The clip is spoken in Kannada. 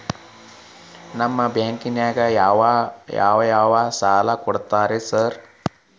ನಿಮ್ಮ ಬ್ಯಾಂಕಿನಾಗ ಯಾವ್ಯಾವ ಸಾಲ ಕೊಡ್ತೇರಿ ಸಾರ್?